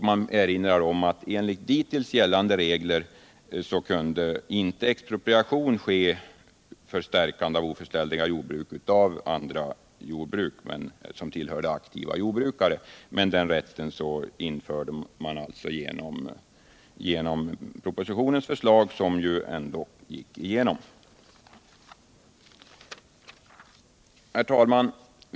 Man erinrade om att enligt dittills gällande regler kunde inte expropriation ske för stärkande av ofullständiga jordbruk genom andra jordbruk som tillhörde aktiva jordbrukare, men den rätten infördes alltså genom propositionens förslag, som gick igenom. Herr talman!